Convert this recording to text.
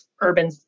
urban